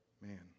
Man